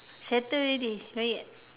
settle already no need ah